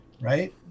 Right